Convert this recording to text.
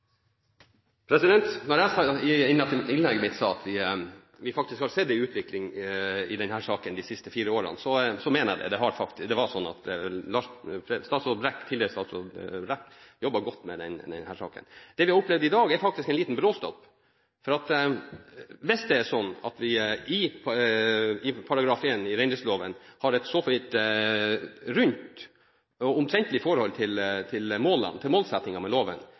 dialog når vi skal følge opp de vedtakene som Stortinget gjør. Dermed er replikkordskiftet omme. De talere som heretter får ordet, har en taletid på inntil 3 minutter. Da jeg i innlegget mitt sa at vi faktisk har sett en utvikling i denne saken de siste fire årene, så mente jeg det. Det er sånn at tidligere statsråd Brekk jobbet godt med denne saken. Det vi har opplevd i dag, er faktisk en liten bråstopp. Hvis det er sånn at vi i § 1 i reindriftsloven har et så rundt og omtrentlig forhold til målsettingen med loven,